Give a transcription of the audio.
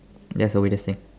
that's the weirdest thing